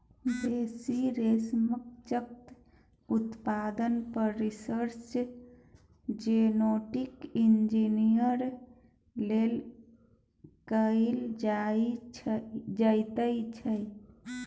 बेसी रेशमकल्चर उत्पादन पर रिसर्च जेनेटिक इंजीनियरिंग लेल कएल जाइत छै